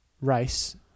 race